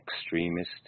extremist